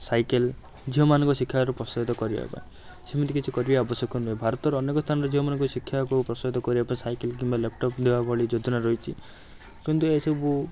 cycle ଝିଅମାନଙ୍କୁ ଶିକ୍ଷାରେ ପ୍ରୋତ୍ସାହିତ କରିବା ପାଇଁ ସେମିତି କିଛି କରିବା ଆବଶ୍ୟକ ନୁହେଁ ଭାରତର ଅନେକ ସ୍ଥାନରେ ଝିଅମାନଙ୍କ ଶିକ୍ଷାକୁ ପ୍ରୋତ୍ସାହିତ କରିବାପାଇଁ ସାଇକେଲ୍ କିମ୍ବା ଲାପଟପ୍ ଦେବାଭଳି ଯୋଜନା ରହିଛି କିନ୍ତୁ ଏସବୁ